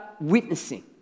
witnessing